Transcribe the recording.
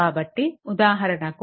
కాబట్టి ఉదాహరణకు